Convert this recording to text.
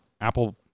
Apple